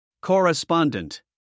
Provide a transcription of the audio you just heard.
Correspondent